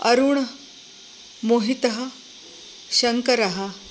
अरूण् मोहितः शङ्करः